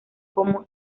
como